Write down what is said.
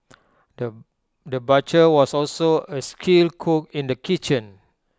the butcher was also A skilled cook in the kitchen